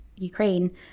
Ukraine